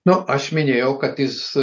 na aš minėjau kad jis